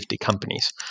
companies